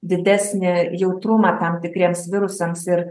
didesnį jautrumą tam tikriems virusams ir